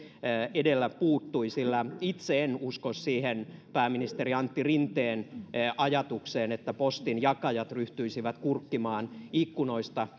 edellä puuttui sillä itse en usko siihen pääministeri antti rinteen ajatukseen että postinjakajat ryhtyisivät kurkkimaan ikkunoista